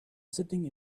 sitting